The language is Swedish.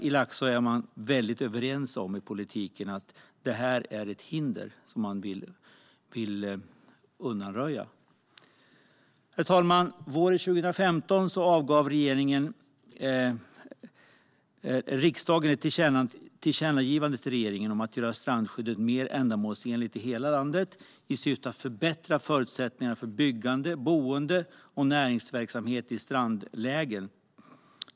I Laxå är man väldigt överens i politiken om att det här är ett hinder som man vill undanröja. Herr talman! Våren 2015 avgav riksdagen ett tillkännagivande till regeringen att göra strandskyddet mer ändamålsenligt i hela landet i syfte att förbättra förutsättningarna för byggande, boende och näringsverksamhet i strandlägen.